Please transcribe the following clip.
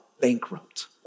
bankrupt